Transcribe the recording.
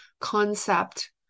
concept